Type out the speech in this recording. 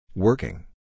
Working